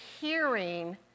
hearing